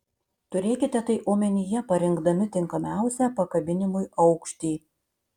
turėkite tai omenyje parinkdami tinkamiausią pakabinimui aukštį